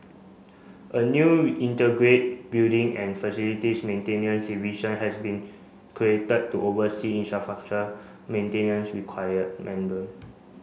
a new integrate building and facilities maintenance division has been created to oversee infrastructure maintenance